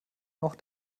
noch